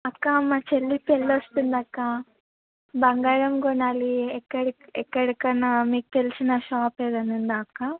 అక్కా మా చెల్లి పెళ్ళొస్తుంది అక్కా బంగారం కొనాలి ఎక్కడి ఎక్కడికన్నా మీకు తెలిసిన షాప్ ఏదన్న ఉందా అక్కా